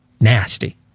nasty